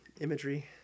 imagery